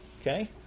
okay